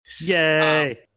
Yay